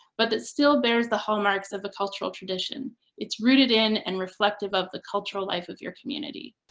but that still bears the hallmarks of a cultural tradition it's rooted in and reflective of the cultural life of your community.